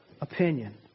opinion